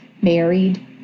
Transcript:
married